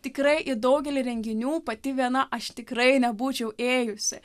tikrai į daugelį renginių pati viena aš tikrai nebūčiau ėjusi